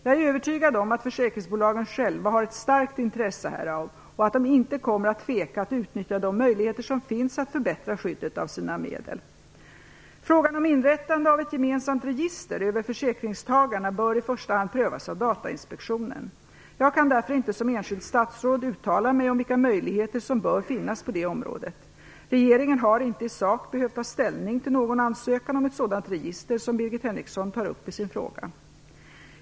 Jag är övertygad om att försäkringsbolagen själva har ett starkt intresse härav och att de inte kommer att tveka att utnyttja de möjligheter som finns att förbättra skyddet av sina medel. Frågan om inrättandet av ett gemensamt register över försäkringstagarna bör i första hand prövas av Datainspektionen. Jag kan därför inte som enskilt statsråd uttala mig om vilka möjligheter som bör finnas på det området. Regeringen har inte i sak behövt ta ställning till någon ansökan om ett sådant register som Birgit Henriksson tar upp i sin fråga.